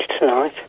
tonight